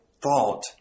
thought